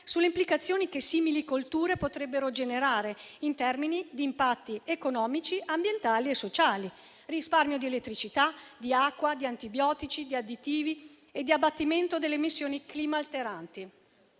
sulle implicazioni che simili colture potrebbero generare in termini di impatti economici, ambientali e sociali: risparmio di elettricità, di acqua, di antibiotici, di additivi e abbattimento delle emissioni climalteranti.